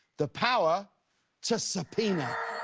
the power to subpoena.